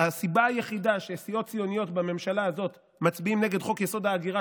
הסיבה היחידה שסיעות ציוניות בממשלה הזו מצביעות נגד חוק-יסוד: ההגירה,